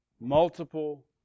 Multiple